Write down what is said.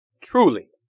truly